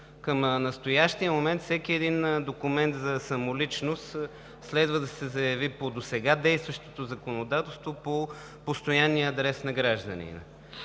Към настоящия момент всеки един документ за самоличност следва да се заяви по досега действащото законодателство по постоянния адрес на гражданина,